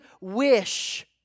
wish